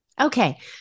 Okay